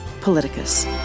Politicus